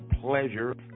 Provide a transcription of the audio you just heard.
pleasure